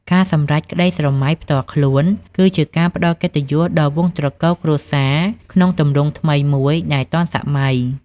ការសម្រេចក្តីស្រមៃផ្ទាល់ខ្លួន គឺជាការផ្តល់កិត្តិយសដល់វង្សត្រកូលគ្រួសារក្នុងទម្រង់ថ្មីមួយដែលទាន់សម័យ។